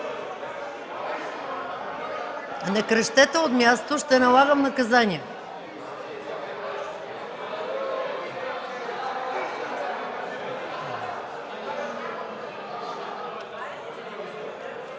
Не крещете от място, ще налагам наказания.